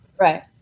Right